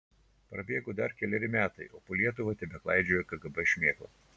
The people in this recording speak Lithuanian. prabėgo dar keleri metai o po lietuvą tebeklaidžioja kgb šmėkla